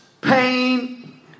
pain